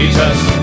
Jesus